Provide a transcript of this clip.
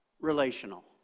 Relational